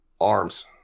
arms